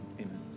Amen